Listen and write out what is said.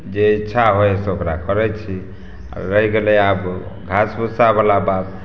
जे इच्छा होइ से ओकरा करै छी रहि गेलै आब घास भुस्सावला बात